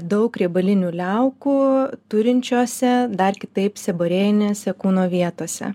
daug riebalinių liaukų turinčiose dar kitaip seborėjinėse kūno vietose